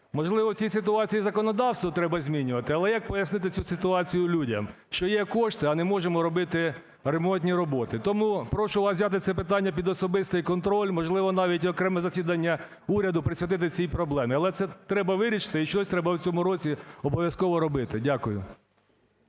Можливо, в цій ситуації законодавство треба змінювати? Але як пояснити цю ситуацію людям, що є кошти, а не можемо робити ремонтні роботи? Тому прошу вас взяти це питання під особистий контроль, можливо, навіть окреме засідання уряду присвятити цій проблемі. Але це треба вирішити і щось треба в цьому році обов'язково робити. Дякую.